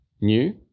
new